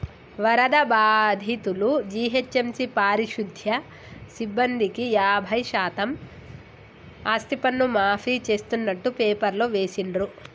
వరద బాధితులు, జీహెచ్ఎంసీ పారిశుధ్య సిబ్బందికి యాభై శాతం ఆస్తిపన్ను మాఫీ చేస్తున్నట్టు పేపర్లో వేసిండ్రు